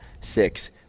six